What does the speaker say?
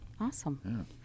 awesome